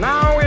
Now